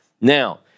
Now